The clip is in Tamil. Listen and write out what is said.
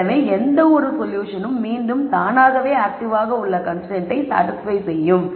எனவே எந்தவொரு சொல்யூஷனும் மீண்டும் தானாகவே ஆக்ட்டிவாக உள்ள கன்ஸ்ரைன்ட்டை சாடிஸ்பய் செய்யும்